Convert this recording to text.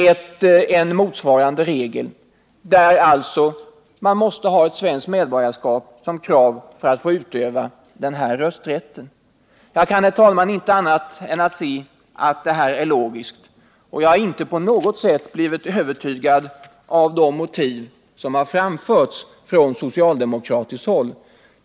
Ett krav för att man skall få utöva rösträtt vid de folkomröstningar det här gäller skall alltså vara svenskt medborgarskap. Jag kan, herr talman, inte se annat än att detta är logiskt, och jag har inte på något sätt blivit övertygad av de argument som har framförts från socialdemokratiskt håll.